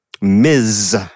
Ms